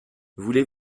voulez